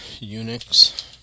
Unix